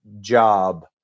job